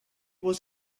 was